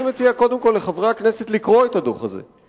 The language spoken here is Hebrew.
אני מציע קודם כול לחברי הכנסת לקרוא את הדוח הזה,